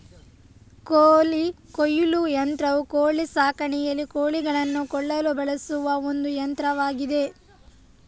ಕೋಳಿ ಕೊಯ್ಲು ಯಂತ್ರವು ಕೋಳಿ ಸಾಕಾಣಿಕೆಯಲ್ಲಿ ಕೋಳಿಗಳನ್ನು ಕೊಲ್ಲಲು ಬಳಸುವ ಒಂದು ಯಂತ್ರವಾಗಿದೆ